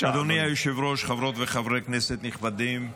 אדוני היושב-ראש, חברות וחברי כנסת נכבדים,